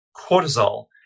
cortisol